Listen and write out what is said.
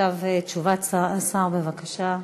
עכשיו תשובת השר, בבקשה.